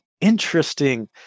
interesting